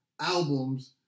albums